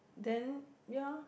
then ya